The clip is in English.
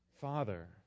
Father